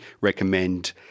recommend